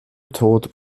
tod